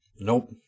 Nope